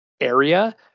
area